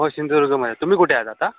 हो शिंदूदुर्गमध्ये तुम्ही कुठे आहेत आता